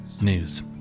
news